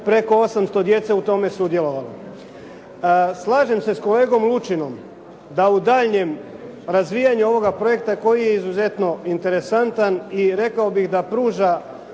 preko 800 djece u tome sudjelovalo. Slažem se s kolegom Lučinom da u daljnjem razvijanju ovoga projekta koji je izuzetno interesantan i rekao bih da pruža